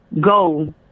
go